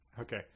Okay